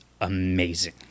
amazing